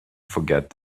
forget